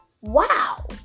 Wow